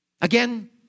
Again